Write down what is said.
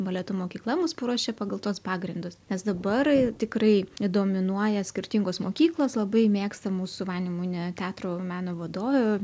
baleto mokykla mus paruošė pagal tuos pagrindus nes dabar tikrai dominuoja skirtingos mokyklos labai mėgsta mūsų vanemune teatro meno vadovė